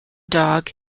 dog